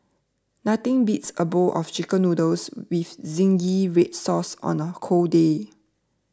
nothing beats a bowl of Chicken Noodles with Zingy Red Sauce on a cold day